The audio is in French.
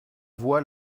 voix